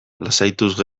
lasaituz